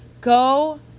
go